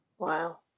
Wow